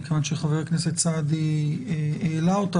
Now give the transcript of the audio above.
מכיוון שחבר הכנסת סעדי העלה אותה,